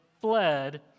fled